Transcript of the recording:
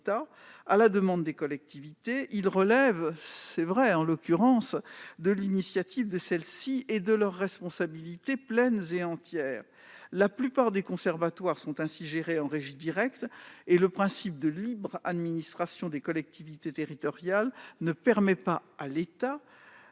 à la demande des collectivités, ils relèvent de l'initiative de celles-ci et de leurs responsabilités pleines et entières. La plupart des conservatoires sont ainsi gérés en régie directe et le principe de libre administration des collectivités territoriales ne permet pas à l'État